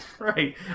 right